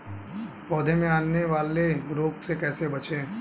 पौधों में आने वाले रोग से कैसे बचें?